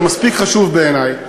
אתה מספיק חשוב בעיני.